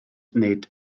nid